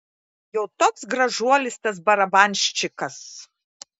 jau toks gražuolis tas barabanščikas